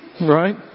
Right